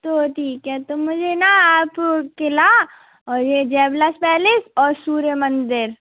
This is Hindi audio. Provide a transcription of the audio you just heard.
तो ठीक है तो मुझे ना आप क़िला और ये जय विलास पैलेस और सूर्य मंदिर